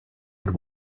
had